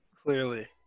Clearly